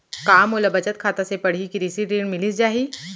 का मोला बचत खाता से पड़ही कृषि ऋण मिलिस जाही?